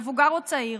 מבוגר או צעיר,